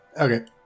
Okay